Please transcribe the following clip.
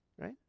right